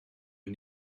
een